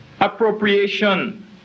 appropriation